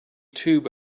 tube